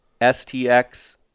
STX